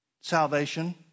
salvation